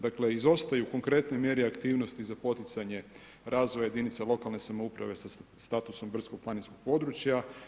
Dakle, izostaju konkretne mjere i aktivnosti za poticanje razvoja jedinica lokalne samouprave sa statusom brdsko-planinskog područja.